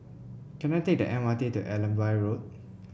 can I take the M R T to Allenby Road